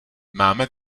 máme